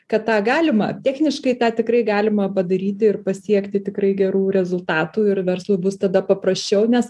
kad tą galima techniškai tą tikrai galima padaryti ir pasiekti tikrai gerų rezultatų ir verslui bus tada paprasčiau nes